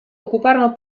occuparono